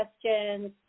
questions